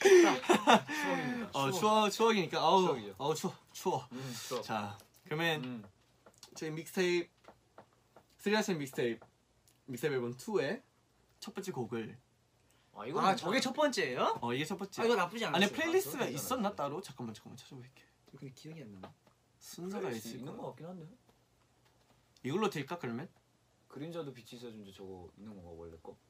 추억. 추억입니다. 어, 추억. 추억, 추억이니까. 어우, 추억이죠. 어우, 추억, 추억. 음, 추억. 자, 그러면 음. 저희 믹스테이프, 쓰리 아이스 믹스테이프, 믹스테이프 앨범 2의 첫 번째 곡을. 아, 이거는 아, 저게 괜찮아요. 첫 번째예요? 어, 이게 첫 번째. 아, 이거 나쁘지 아니, 않았어요. 플레이리스트가 아, 저거 있었나 거잖아. 따로? 잠깐만, 잠깐만 찾아볼게. 근데 기억이 안 나네. 순서가 플레이리스트 있을 있는 거야. 거 같긴 한데? 이걸로 될까, 그러면? 그린저드 비치저드인데 저거 있는 건가, 원래 거?